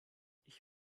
ich